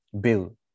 Bill